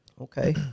Okay